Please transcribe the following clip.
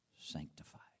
sanctified